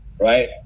right